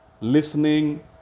Listening